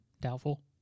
doubtful